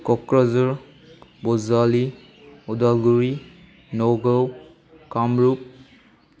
Kokrajhar Bajali Udalguri Nagaon Kamrup